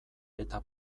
eta